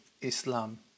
Islam